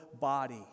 body